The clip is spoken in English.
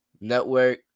network